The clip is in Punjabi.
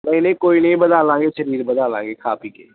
ਨਹੀਂ ਨਹੀਂ ਕੋਈ ਨਹੀਂ ਵਧਾ ਲਵਾਂਗੇ ਸਰੀਰ ਵਧਾ ਲਵਾਂਗੇ ਖਾ ਪੀ ਕੇ